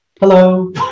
Hello